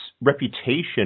reputation